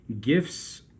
gifts